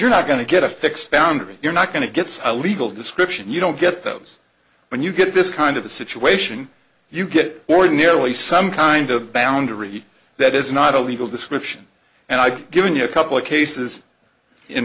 you're not going to get a fixed boundary you're not going to get some legal description you don't get those when you get this kind of a situation you get ordinarily some kind of boundary that is not a legal description and i've given you a couple of cases in